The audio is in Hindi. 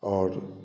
और